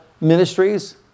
ministries